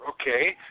okay